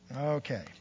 Okay